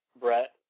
Brett